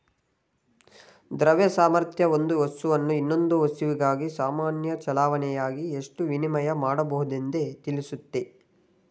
ದ್ರವ್ಯ ಸಾಮರ್ಥ್ಯ ಒಂದು ವಸ್ತುವನ್ನು ಇನ್ನೊಂದು ವಸ್ತುವಿಗಾಗಿ ಸಾಮಾನ್ಯ ಚಲಾವಣೆಯಾಗಿ ಎಷ್ಟು ವಿನಿಮಯ ಮಾಡಬಹುದೆಂದು ತಿಳಿಸುತ್ತೆ